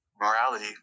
morality